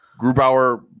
Grubauer